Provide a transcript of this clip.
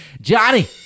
Johnny